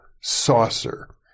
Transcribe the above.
Saucer